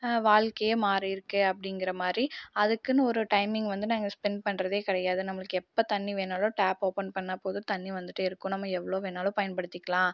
வாழ்கையே மாறிருக்குது அப்படிங்கிறமாரி அதுக்குனு ஒரு டைமிங் வந்து நாங்கள் ஸ்பெண்ட் பண்ணுறதே கிடையாது நம்பளுக்கு எப்ப தண்ணி வேணாலும் டேப் ஓப்பன் பண்ணால் போதும் தண்ணி வந்துகிட்டே இருக்கும் நம்ம எவவளோ வேணாலும் பயன்படுத்திக்கலாம்